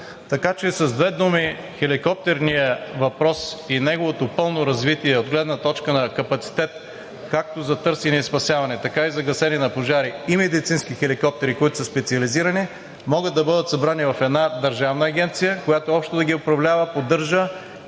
Така че с две думи – хеликоптерният въпрос и неговото пълно развитие от гледна точка на капацитет както за търсене и спасяване, така и за гасене на пожари и медицински хеликоптери, които са специализирани, могат да бъдат събрани в една държавна агенция, която общо да ги управлява, поддържа